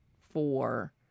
four